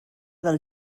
del